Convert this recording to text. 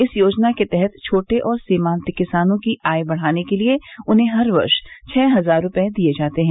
इस योजना के तहत छोटे और सीमांत किसानों की आय बढ़ाने के लिए उन्हें हर वर्ष छह हजार रुपये दिए जाते हैं